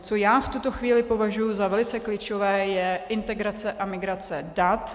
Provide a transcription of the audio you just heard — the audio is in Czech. Co já v tuto chvíli považuji za velice klíčové, je integrace a migrace dat.